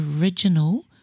original